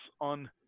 on